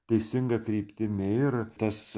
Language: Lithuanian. teisinga kryptimi ir tas